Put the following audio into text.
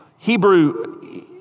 Hebrew